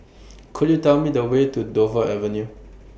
Could YOU Tell Me The Way to Dover Avenue